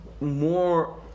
more